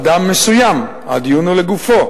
אדם מסוים, הדיון הוא לגופו